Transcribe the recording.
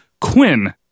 Quinn